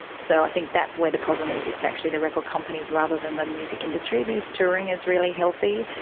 so i think that's where the problem is, it's actually the record companies rather than the music industry because touring is really healthy,